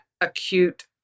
acute